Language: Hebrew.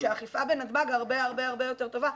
שהאכיפה בנתב"ג הרבה הרבה יותר טובה.